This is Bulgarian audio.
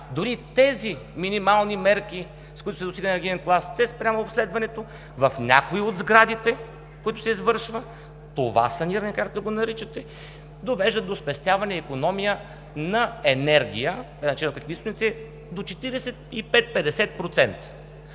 Дори тези минимални мерки, с които се достига енергиен клас „С“ спрямо обследването, в някои от сградите, в които се извършва това саниране, както го наричате, довежда до спестяване и икономия на енергия до 45 – 50%.